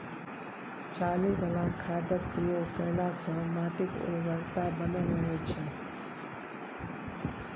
चाली बला खादक प्रयोग केलासँ माटिक उर्वरता बनल रहय छै